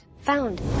Found